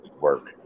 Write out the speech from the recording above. work